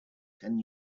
ten